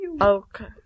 Okay